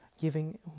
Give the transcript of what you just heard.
giving